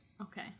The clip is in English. Okay